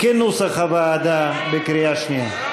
כנוסח הוועדה, בקריאה שנייה.